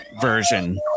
version